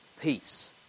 peace